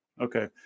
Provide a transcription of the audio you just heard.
Okay